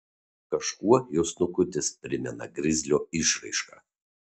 kažkuo jo snukutis primena grizlio išraišką